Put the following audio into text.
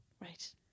Right